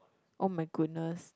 [oh]-my-goodness